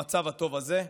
במצב הטוב הזה.